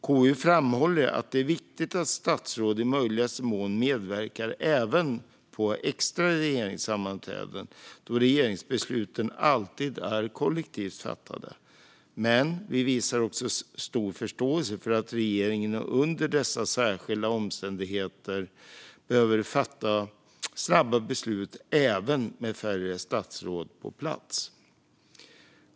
KU framhåller att det är viktigt att statsråd i möjligaste mån medverkar även på extra regeringssammanträden då regeringsbesluten alltid är kollektivt fattade, men vi visar också stor förståelse för att regeringen under dessa särskilda omständigheter behöver fatta snabba beslut, även med färre statsråd på plats.